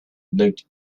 looked